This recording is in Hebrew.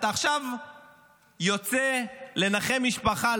אתה עכשיו יוצא לנחם משפחה,